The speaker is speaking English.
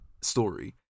story